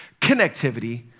connectivity